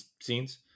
scenes